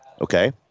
Okay